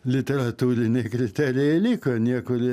literatūriniai kriterijai liko niekur